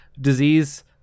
disease